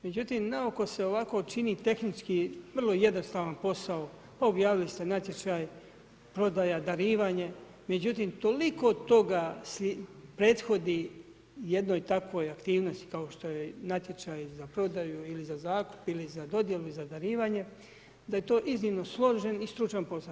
Međutim, na oko se ovako čini tehnički vrlo jednostavan posao, pa objavili ste natječaj prodaja, darivanje, međutim toliko toga prethodi jednoj takvoj aktivnosti kao što je natječaj za prodaju ili za zakup ili za dodjelu ili darivanje da je to iznimno složen i stručan posao.